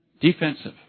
defensive